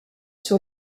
sur